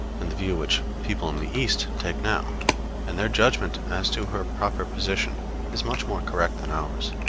and the view which people in the east take now and their judgment as to her proper position is much more correct than ours,